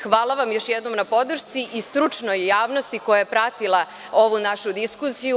Hvala vam još jednom na podršci i stručnoj javnosti koja je pratila ovu našu diskusiju.